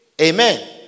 Amen